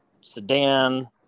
sedan